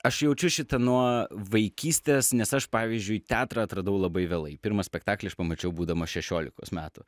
aš jaučiu šitą nuo vaikystės nes aš pavyzdžiui teatrą atradau labai vėlai pirmą spektaklį aš pamačiau būdamas šešiolikos metų